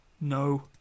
no